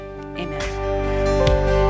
amen